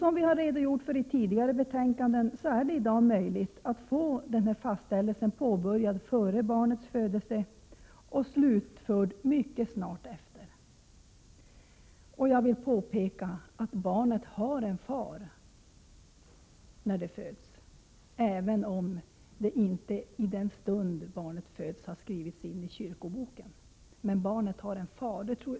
Som vi redogjort för i tidigare betänkanden är det i dag möjligt att få fastställelsen av faderskapet påbörjad före barnets födelse och slutförd mycket snart efter. Jag vill påpeka att barnet har en far när det föds, även om det inte i den stund barnet föds har skrivits in i kyrkoboken. Men barnet har en far.